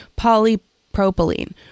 polypropylene